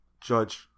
Judge